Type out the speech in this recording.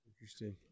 Interesting